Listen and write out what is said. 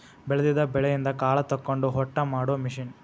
ಬೆಳದಿದ ಬೆಳಿಯಿಂದ ಕಾಳ ತಕ್ಕೊಂಡ ಹೊಟ್ಟ ಮಾಡು ಮಿಷನ್